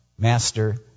Master